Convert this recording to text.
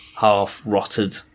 half-rotted